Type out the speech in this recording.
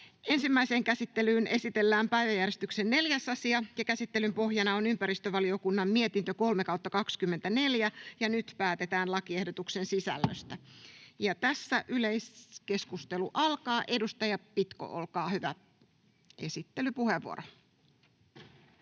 Ensimmäiseen käsittelyyn esitellään päiväjärjestyksen 4. asia. Käsittelyn pohjana on ympäristövaliokunnan mietintö YmVM 3/2024 vp. Nyt päätetään lakiehdotuksen sisällöstä. — Yleiskeskustelu alkaa. Edustaja Pitko, olkaa hyvä, esittelypuheenvuoro.